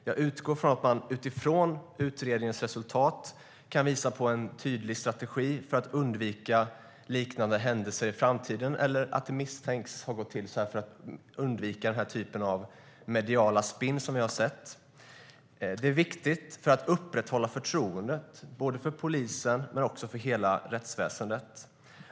Jag utgår från att man utifrån utredningens resultat kan visa på en tydlig strategi för att undvika liknande händelser i framtiden eller om det misstänks ha gått till så här för att undvika den här typen av mediala spinn som vi har sett. Det är viktigt för att upprätthålla förtroendet både för polisen och för hela rättsväsendet.